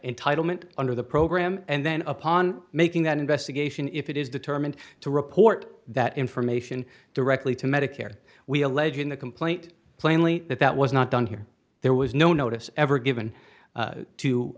entitlement under the program and then upon making that investigation if it is determined to report that information directly to medicare we allege in the complaint plainly that that was not done here there was no notice ever given